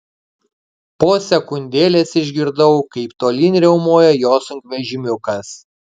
po sekundėlės išgirdau kaip tolyn riaumoja jo sunkvežimiukas